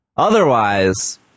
Otherwise